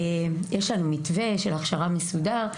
יש לנו מתווה מסודר של הכשרה,